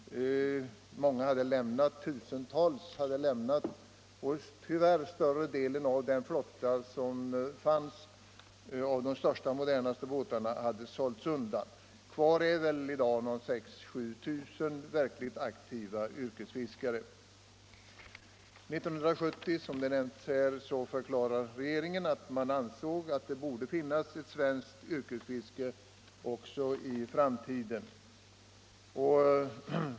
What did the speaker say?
Tusentals fiskare hade tyvärr lämnat yrket och större delen av den flotta som tidigare fanns — de största och modernaste båtarna hade sålts undan. Kvar finns i dag 6 000-7 000 verkligt aktiva yrkesfiskare. År 1970 förklarade regeringen att det borde finnas ett svenskt yrkesfiske också i framtiden.